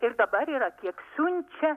ir dabar yra kiek siunčia